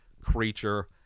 creature